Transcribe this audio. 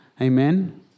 Amen